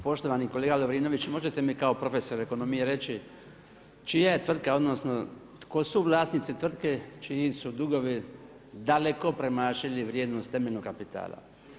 Poštovani kolega Lovrinović, možete mi kao profesor ekonomije reći čija je tvrtka odnosno tko su vlasnici tvrtke čiji su dugovi daleko premašili vrijednost temeljnog kapitala?